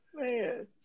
Man